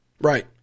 Right